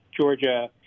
Georgia